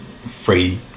free